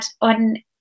on